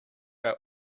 our